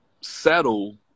settle